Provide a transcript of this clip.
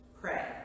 Pray